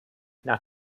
nach